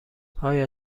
آیا